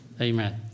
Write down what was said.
Amen